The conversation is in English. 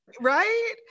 Right